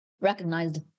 recognized